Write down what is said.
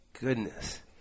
goodness